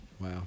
Wow